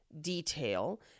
detail